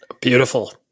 Beautiful